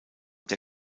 der